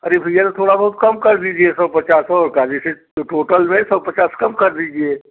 अरे भैया तो थोड़ा बहुत कम कर दीजिए एक सौ पचास और क्या तो टोटल में सौ पचास कम कर दीजिए